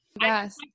yes